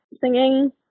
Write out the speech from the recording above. singing